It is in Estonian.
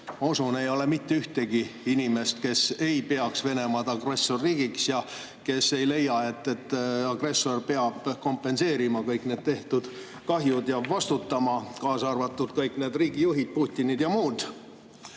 usun, ei ole mitte ühtegi inimest, kes ei peaks Venemaad agressorriigiks ja kes ei leia, et agressor peab kompenseerima kogu tehtud kahju ja vastutama, kaasa arvatud kõik need riigijuhid, Putinid ja muud.